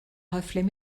reflets